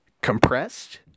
compressed